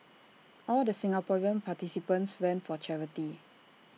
all the Singaporean participants ran for charity